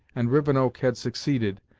and rivenoak had succeeded,